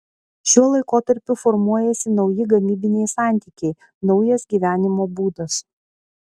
šiuo laikotarpiu formuojasi nauji gamybiniai santykiai naujas gyvenimo būdas